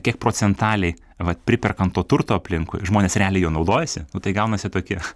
kiek procentaliai vat priperkam to turto aplinkui žmonės realiai juo naudojasi nu tai gaunasi tokie